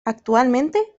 actualmente